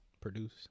produce